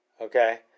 okay